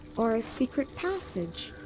or a secret passage.